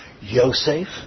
Yosef